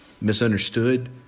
misunderstood